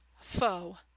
foe